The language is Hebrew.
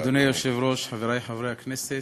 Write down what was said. אדוני היושב-ראש, חברי חברי הכנסת,